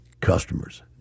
customers